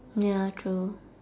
ya true